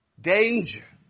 danger